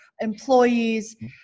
employees